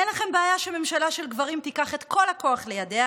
אין לכם בעיה שממשלה של גברים תיקח את כל הכוח לידיה